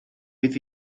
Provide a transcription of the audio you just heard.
bydd